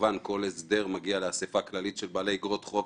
כמובן שכל הסדר מגיע לאסיפה כללית של בעלי אגרות חוב,